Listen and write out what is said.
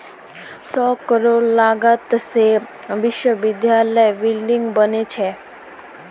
सौ करोड़ लागत से विश्वविद्यालयत बिल्डिंग बने छे